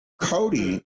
Cody